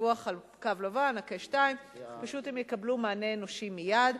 לדיווח על קו לבן הקש 2. פשוט הם יקבלו מענה אנושי מייד.